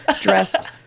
dressed